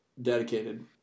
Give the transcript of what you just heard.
dedicated